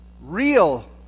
real